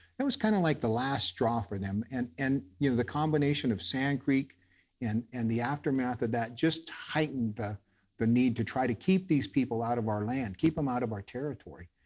it was kind of like the last straw for them. and and you know the combination of sand creek and and the aftermath of that just heightened the the need to try to keep these people out of our land, keep them out of our territory.